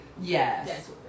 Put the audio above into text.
Yes